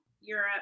Europe